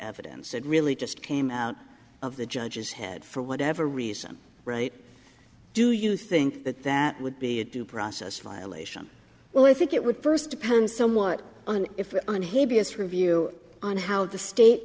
evidence and really just came out of the judge's head for whatever reason right do you think that that would be a due process violation well i think it would first depend somewhat on if on his b s review on how the state